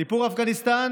סיפור אפגניסטן